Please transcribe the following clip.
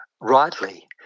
rightly